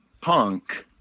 punk